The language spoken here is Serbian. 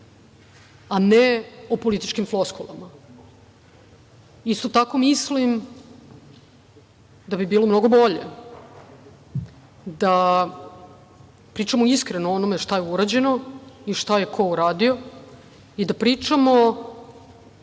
a ne o političkim floskulama. Isto tako mislim da bi bilo mnogo bolje da pričamo iskreno o onome šta je urađeno i šta je ko uradio i da pričamo